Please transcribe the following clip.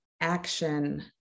action